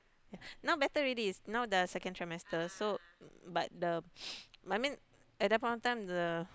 ya now better already is now the second trimester so but the but I mean at that point of time the